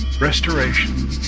restoration